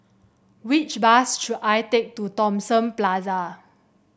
which bus should I take to Thomson Plaza